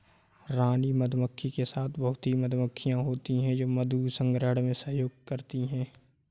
रानी मधुमक्खी के साथ बहुत ही मधुमक्खियां होती हैं जो मधु संग्रहण में सहयोग करती हैं